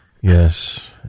Yes